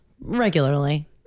regularly